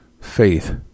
faith